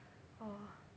oh